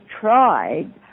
tried